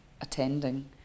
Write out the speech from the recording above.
attending